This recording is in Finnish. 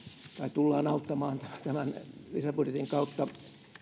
tullaan auttamaan tämän lisäbudjetin kautta